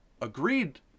agreed